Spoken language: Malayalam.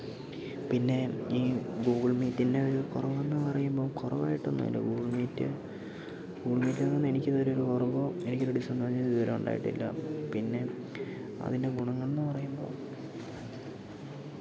പിന്നെ ഈ ഗൂഗിൾ മീറ്റിൻ്റെ ഒരു കുറവെന്നു പറയുമ്പോൾ കുറവായിട്ടൊന്നുമല്ല ഗൂഗിൾ മീറ്റ് ഗൂഗിൾ മീറ്റിൽ നിന്ന് എനിക്കിതുവരെ ഒരു കുറവോ എനിക്കൊരു ഡിസ്അഡ്വാൻടേജ് എനിക്കിതുവരെ ഉണ്ടായിട്ടില്ല പിന്നെ അതിൻ്റെ ഗുണങ്ങളെന്നു പറയുമ്പോൾ